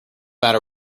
matter